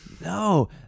No